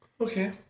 Okay